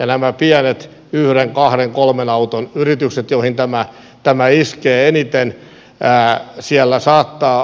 näihin pieniin yhden kahden kolmen auton yrityksiin tämä iskee eniten